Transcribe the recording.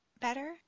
better